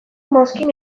mozkin